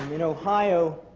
you know ohio,